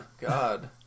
God